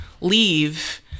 leave